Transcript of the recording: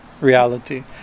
reality